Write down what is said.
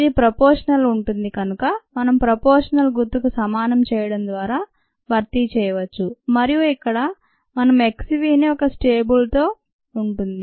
ఇది ప్రోపోషనల్ ఉంటుంది కనుక మనం ప్రోపోషనల్ గుర్తుకు సమానం చేయడం ద్వారా భర్తీ చేయవచ్చు మరియు ఇక్కడ మనం x vని ఒక స్టేబుల్ తో ఉంటుంది